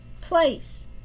place